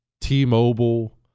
T-Mobile